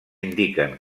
indiquen